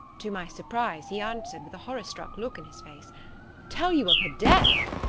to my surprise, he answered, with a horrorstruck look in his face tell you of her death?